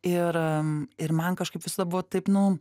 ir ir man kažkaip visada buvo taip nu